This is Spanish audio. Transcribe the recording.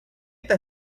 esta